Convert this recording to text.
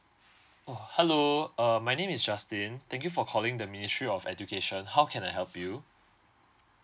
oh hello uh my name is justin thank you for calling the ministry of education how can I help you